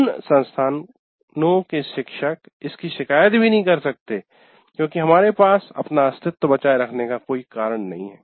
उन संस्थानों के शिक्षक इसकी शिकायत भी नहीं कर सकते क्योंकि हमारे पास अपना अस्तित्व बचाए रहने का कोई कारण नहीं है